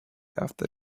after